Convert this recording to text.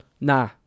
nah